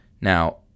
Now